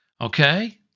Okay